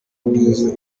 wize